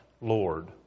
Lord